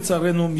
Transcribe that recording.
לצערנו,